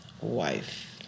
wife